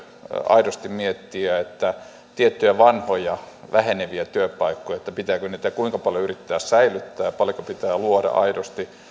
aidosti miettiä kuinka paljon tiettyjä vanhoja väheneviä työpaikkoja pitää yrittää säilyttää ja paljonko pitää luoda aidosti